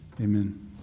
Amen